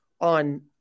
on